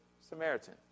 Samaritan